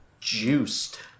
Juiced